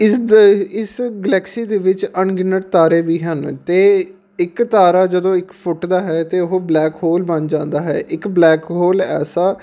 ਇਸ ਦੇ ਇਸ ਗਲੈਕਸੀ ਦੇ ਵਿੱਚ ਅਣਗਿਣਤ ਤਾਰੇ ਵੀ ਹਨ ਅਤੇ ਇੱਕ ਤਾਰਾ ਜਦੋਂ ਇੱਕ ਫੁੱਟ ਦਾ ਹੈ ਅਤੇ ਉਹ ਬਲੈਕ ਹੋਲ ਬਣ ਜਾਂਦਾ ਹੈ ਇੱਕ ਬਲੈਕ ਹੋਲ ਐਸਾ